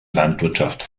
landwirtschaft